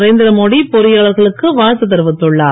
நரேந்திர மோடி பொறியாளர்களுக்கு வாழ்த்து தெரிவித்துள்ளார்